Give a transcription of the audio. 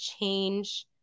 change